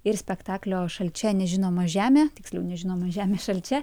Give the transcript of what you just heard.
ir spektaklio šalčia nežinoma žemė tiksliau nežinoma žemė šalčia